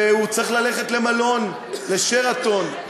והוא צריך ללכת למלון, ל"שרתון".